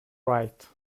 right